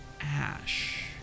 ash